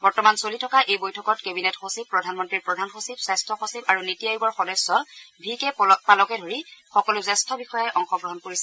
বৰ্তমান চলি থকা এই বৈঠকত কেবিনেট সচিব প্ৰধানমন্ত্ৰীৰ প্ৰধান সচিব স্বাস্থ্য সচিব আৰু নীতি আয়োগৰ সদস্য ভি কে পালকে ধৰি সকলো জ্যেষ্ঠ বিষয়াই অংশগ্ৰহণ কৰিছে